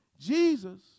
Jesus